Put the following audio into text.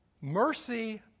Mercy